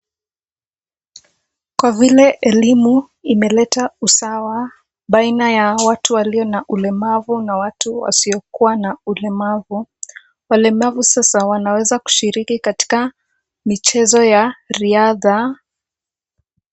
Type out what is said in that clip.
Kwa vile elimu imeleta usawa baina ya watu walio na ulemavu na watu wasiokuwa na ulemavu. Walemavu sasa wanaweza kushiriki katika michezo ya riadha.